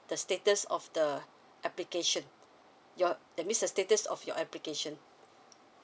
the status of the application your that miss the status of your application